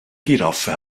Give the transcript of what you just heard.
giraffe